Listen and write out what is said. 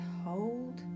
hold